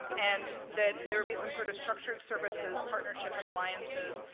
and that there would be some sort of structured services, partnership and alliances,